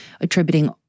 attributing